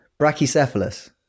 Brachycephalus